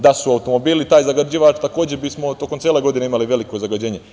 Da su bili taj zagađivač, takođe bismo tokom cele godine imali zagađenje.